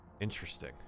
Interesting